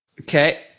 Okay